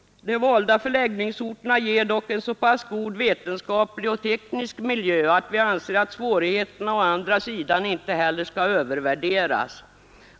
De valda förläggningsorterna ger dock en så pass god vetenskaplig och teknisk miljö att vi anser att svårigheterna inte heller skall övervärderas.